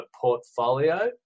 portfolio